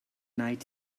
night